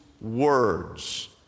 words